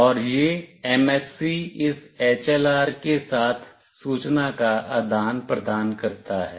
और यह MSC इस HLR के साथ सूचना का आदान प्रदान करता है